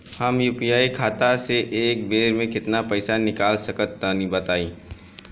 हम यू.पी.आई खाता से एक बेर म केतना पइसा निकाल सकिला तनि बतावा?